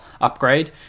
upgrade